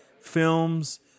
films